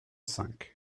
cinq